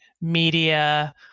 media